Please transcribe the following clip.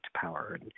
power